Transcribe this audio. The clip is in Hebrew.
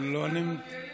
לא פה.